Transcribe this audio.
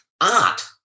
art